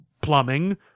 plumbing